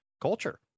culture